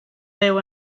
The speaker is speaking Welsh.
byw